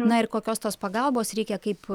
na ir kokios tos pagalbos reikia kaip